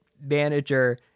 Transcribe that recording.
manager